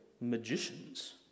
magicians